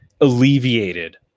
alleviated